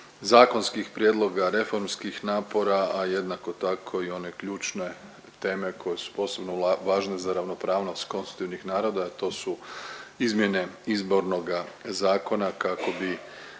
zakonskih prijedloga, reformskih napora, a jednako tako i one ključne teme koje su posebno važne za ravnopravnost konstutivnih naroda, to su izmjene izbornoga zakona kako bi